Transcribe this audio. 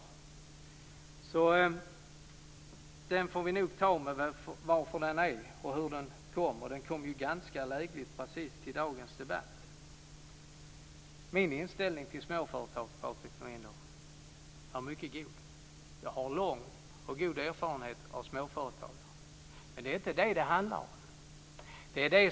Opinionsmätningen får vi nog ta för vad den är och hur den kom, och den kom ju ganska lägligt precis till dagens debatt. Min inställning till småföretag, Patrik Norinder, är mycket god. Jag har lång och god erfarenhet av småföretagare. Men det är inte detta det handlar om.